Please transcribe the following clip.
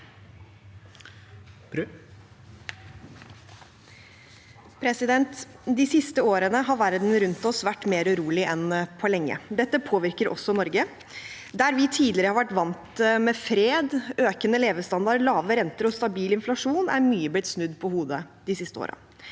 De siste årene har verden rundt oss vært mer urolig enn på lenge. Dette påvirker også Norge. Der vi tidligere har vært vant med fred, økende levestandard, lave renter og stabil inflasjon, er mye blitt snudd på hodet de siste årene.